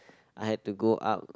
I had to go up